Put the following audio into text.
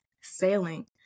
sailing